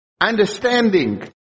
understanding